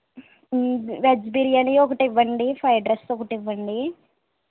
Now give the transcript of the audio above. veg biryani ఒకటివ్వండి fried rice ఒకటివ్వండి